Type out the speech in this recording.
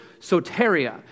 soteria